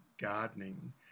gardening